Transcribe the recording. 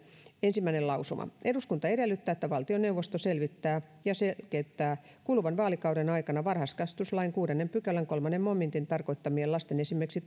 ensimmäinen lausuma eduskunta edellyttää että valtioneuvosto selvittää ja selkeyttää kuluvan vaalikauden aikana varhaiskasvatuslain kuudennen pykälän kolmannen momentin tarkoittamien lasten esimerkiksi